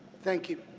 thank you.